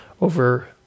over